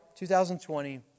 2020